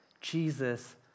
Jesus